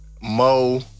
Mo